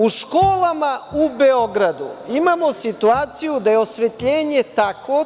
U školama u Beogradu imamo situaciju da je osvetljenje takvo…